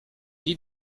dis